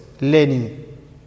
learning